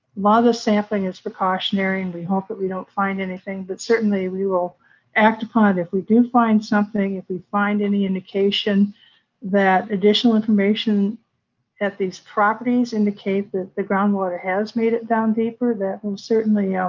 lot of the sampling is precautionary, and we hope that we don't find anything, but certainly we will act upon if we do find something. if we find any indication that additional information at these properties indicate that the groundwater has made it down deeper, that will certainly yeah um